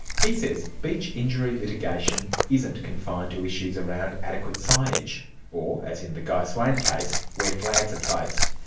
he says beach injury litigation isn't confined to issues around adequate signage or, as in the guy swain case, where flags are placed.